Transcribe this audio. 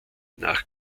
nach